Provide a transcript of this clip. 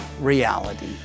reality